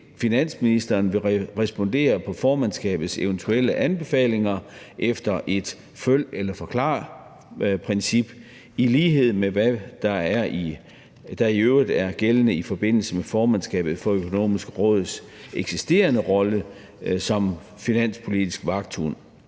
Finansministeren vil respondere på formandskabets eventuelle anbefalinger efter et følg eller forklar-princip, i lighed med hvad der i øvrigt er gældende i forbindelse med formandskabet for De Økonomiske Råds eksisterende rolle som finanspolitisk vagthund.